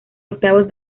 octavos